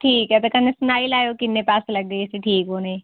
ठीक ऐ ते कन्नै सनाई लैओ किन्ने पैसे लगगे इस्सी ठीक होनें ई